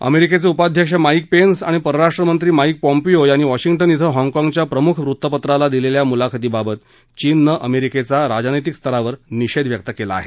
अमेरिकेचे उपाध्यक्ष Mike Pence आणि परराष्ट्रमंत्री माईक पाँपिंओ यांनी वॉशिंगटन श्वे हाँगकाँगच्या प्रमुख वृत्तपत्राला दिलेल्या मुलाखती बाबत चीननं अमेरिकेचा राजनैतिक स्तरावर निषेध व्यक्त केला आहे